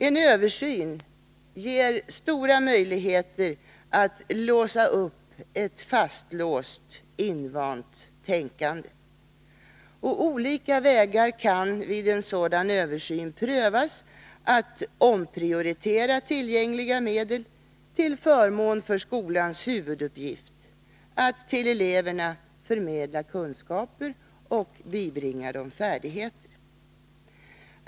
En översyn ger stora möjligheter att låsa upp ett fastlåst, invant tänkande. Olika vägar kan vid en sådan översyn prövas att omprioritera tillgängliga medel till förmån för skolans huvuduppgift: att till eleverna förmedla kunskaper och att bibringa dem färdigheter.